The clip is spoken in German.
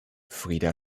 frida